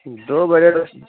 دو بجے